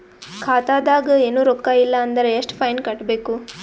ಖಾತಾದಾಗ ಏನು ರೊಕ್ಕ ಇಲ್ಲ ಅಂದರ ಎಷ್ಟ ಫೈನ್ ಕಟ್ಟಬೇಕು?